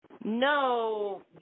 no